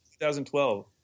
2012